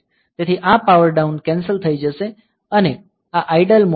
તેથી આ power down cancel થઈ જશે અને આ આઇડલ મોડ છે